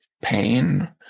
pain